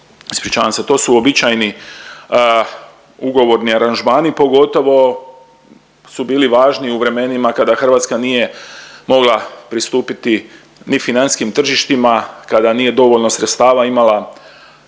to su uobičajeni ugovorni aranžmani, pogotovo su bili važni u vremenima kada Hrvatska nije moglapristupiti ni financijskim tržištima, kada nije dovoljno sredstava imala